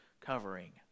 covering